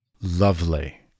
Lovely